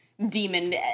Demon